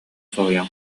соһуйан